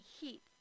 heat